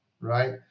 right